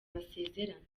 basezerana